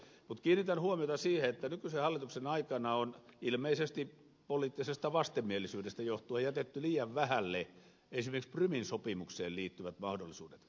mutta kiinnitän huomiota siihen että nykyisen hallituksen aikana on ilmeisesti poliittisesta vastenmielisyydestä johtuen jätetty liian vähälle esimerkiksi prumin sopimukseen liittyvät mahdollisuudet